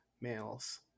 males